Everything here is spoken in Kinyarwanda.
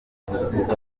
n’ibindi